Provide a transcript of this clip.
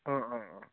অঁ অঁ অঁ